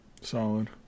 Solid